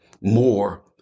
more